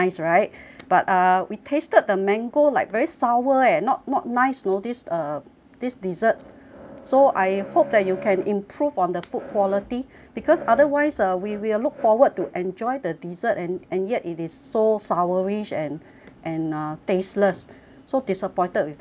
but uh we tasted the mango like very sour eh not not nice know this uh this dessert so I hope that you can improve on the food quality because otherwise ah we will look forward to enjoy the dessert and and yet it is so sourish and and uh tasteless so disappointed with the dessert